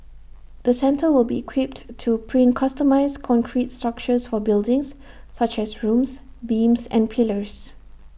the centre will be equipped to print customised concrete structures for buildings such as rooms beams and pillars